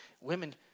women